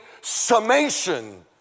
summation